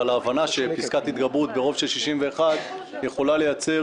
אבל ההבנה היא שפסקת התגברות ברוב של 61 יכולה לייצר